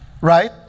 Right